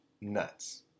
nuts